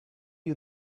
you